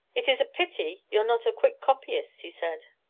it is a pity you are not a quick copyist, he said.